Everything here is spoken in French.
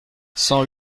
cent